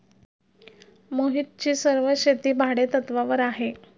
मोहितची सर्व शेती भाडेतत्वावर आहे